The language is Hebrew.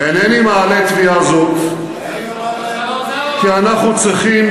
איני מעלה תביעה זאת כי אנחנו צריכים